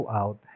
out